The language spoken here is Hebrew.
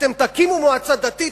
אתם תקימו מועצה דתית,